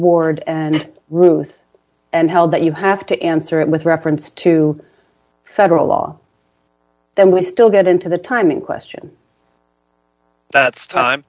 ward and ruth and how that you have to answer it with reference to federal law then we still get into the timing question that's time